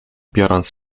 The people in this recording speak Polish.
biorąc